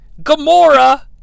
Gamora